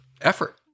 effort